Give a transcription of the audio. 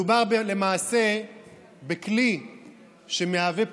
מדובר למעשה בכלי שמהווה פרדוקס: